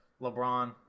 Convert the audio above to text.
LeBron